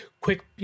quick